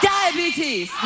Diabetes